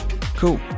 cool